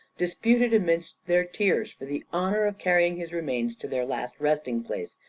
disputed amidst their tears for the honour of carrying his remains to their last resting-place,